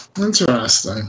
Interesting